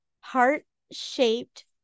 heart-shaped